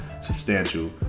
substantial